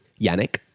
yannick